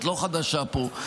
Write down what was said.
את לא חדשה פה,